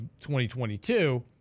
2022